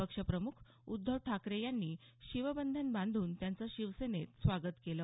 पक्षप्रमुख उद्धव ठाकरे यांनी शिवबंधन बांधून त्यांचं शिवसेनेत स्वागत केलं